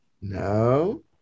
No